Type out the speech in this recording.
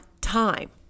time